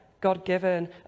God-given